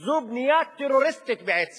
זו בנייה טרוריסטית בעצם